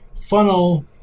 funnel